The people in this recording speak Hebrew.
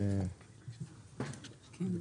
כן.